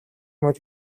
мэт